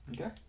Okay